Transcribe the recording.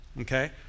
Okay